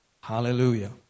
Hallelujah